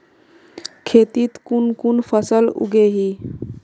खेतीत कुन कुन फसल उगेई?